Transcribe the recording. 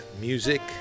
music